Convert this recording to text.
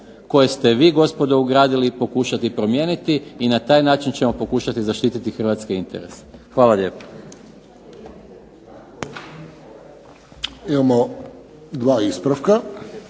koje ste vi gospodo ugradili pokušati promijeniti i na taj način ćemo pokušati zaštiti hrvatske interese. Hvala lijepo.